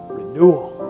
renewal